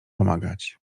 pomagać